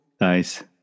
Nice